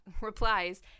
replies